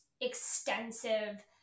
extensive